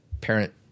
parent